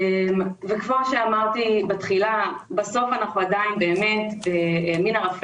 כמו שאמרתי בתחילה, בסוף אנחנו עדיין בערפל.